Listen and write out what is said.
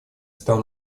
стал